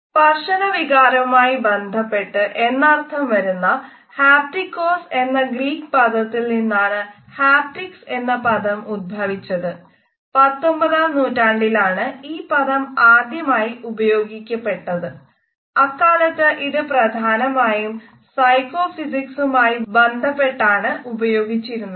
സ്പർശന വികാരവുമായി ബന്ധപെട്ടത് എന്നർഥം വരുന്ന ഹാപ്ടികോസ് ബന്ധപ്പെട്ടാണ് ഉപയോഗിച്ചിരുന്നത്